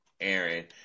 Aaron